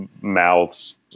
mouths